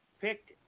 picked